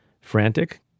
frantic